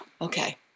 okay